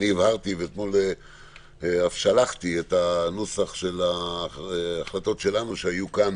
אני הבהרתי ואתמול אף שלחתי את נוסח ההחלטות שלנו שהיו כאן